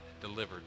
delivered